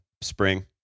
Spring